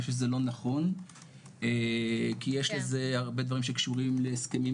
אני חושב שזה לא נכון כי יש לזה הרבה דברים שקשורים להסכמים